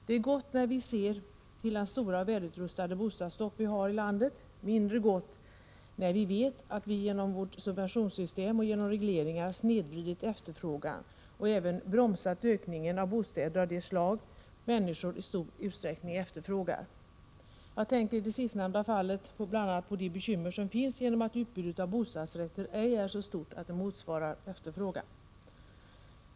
Det är gott när vi ser till den stora och välutrustade bostadsstock vi har i landet, mindre gott när vi vet att vi genom vårt subventionssystem och genom regleringar snedvridit efterfrågan och även bromsat ökningen av bostäder av det slag människor i stor utsträckning efterfrågar. Jag tänker i det sistnämnda fallet bl.a. på de bekymmer som finns genom att utbudet av bostadsrätter ej är så stort att det motsvarar efterfrågan.